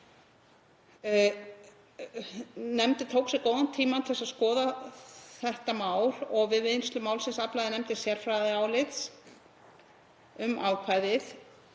Nefndin tók sér góðan tíma til að skoða þetta mál og við vinnslu málsins aflaði nefndin sérfræðiálits um ákvæðið.